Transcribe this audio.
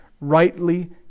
rightly